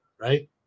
right